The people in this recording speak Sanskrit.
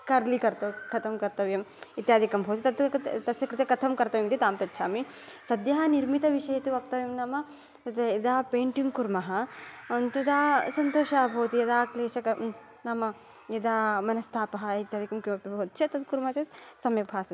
कर्लि कर्तव्यं कथं कर्तव्यं इत्यादिकं भवति तत् कृ तस्य कृते कथं कर्तव्यमिति तां पृच्छामि सद्यः निर्मितविषये तु वक्तव्यं नाम तत् यदा पेण्टिङ्ग् कुर्मः तदा सन्तोषः भवति यदा क्लेश नाम यदा मनस्तापः इत्यादिकं किमपि भवति चेत् तत्कुर्मः चेत् सम्यक् भासते